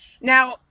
Now